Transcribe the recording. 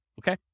okay